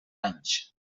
anys